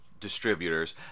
Distributors